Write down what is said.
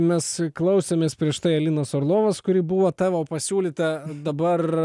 mes klausėmės prieš tai alinos orlovos kuri buvo tavo pasiūlyta dabar